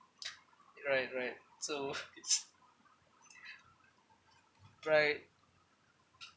right right so right